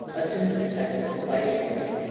assumed the title of viceroy.